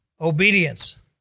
Obedience